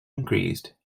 increased